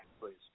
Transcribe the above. please